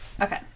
Okay